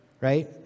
right